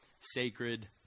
sacred